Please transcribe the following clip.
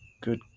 good